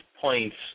points